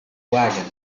wagon